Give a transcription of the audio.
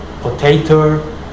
potato